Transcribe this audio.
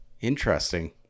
Interesting